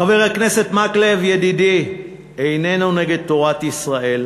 חבר הכנסת מקלב, ידידי, איננו נגד תורת ישראל